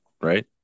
right